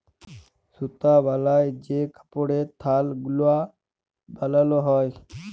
সুতা বালায় যে কাপড়ের থাল গুলা বালাল হ্যয়